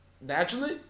Naturally